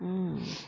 mm